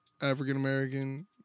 African-American